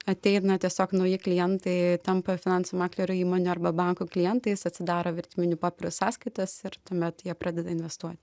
ateina tiesiog nauji klientai tampa finansų maklerio įmone arba banko klientais atsidaro vertybinių popierių sąskaitas ir tuomet jie pradeda investuoti